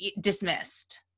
dismissed